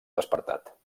despertat